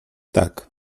tak